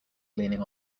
leaning